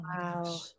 wow